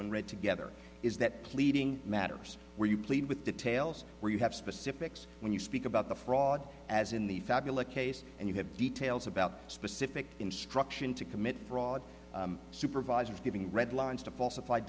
when read together is that pleading matters where you plead with details where you have specifics when you speak about the fraud as in the fabulous case and you have details about specific instruction to commit fraud supervisors giving red lines to falsif